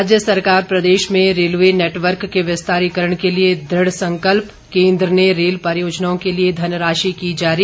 राज्य सरकार प्रदेश में रेलवे नेटवर्क के विस्तारीकरण के लिए दृढ़ संकल्प केन्द्र ने रेल परियोजनाओं के लिए धनराशि की जारी